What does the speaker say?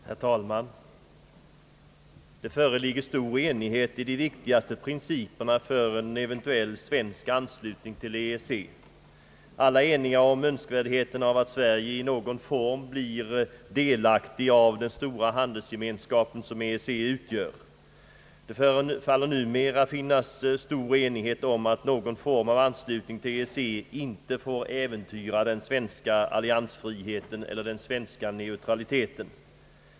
Herr talman! Det föreligger stor enighet i de viktigaste principerna för en eventuell svensk anslutning till EEC. Alla är eniga om önskvärdheten av att Sverige i någon form blir delaktigt av den stora handelsgemenskap som EEC utgör. Det förefaller numera finnas stor enighet om att någon form av anslutning till EEC inte får äventyra den svenska alliansfriheten eller den svenska neutraliteten.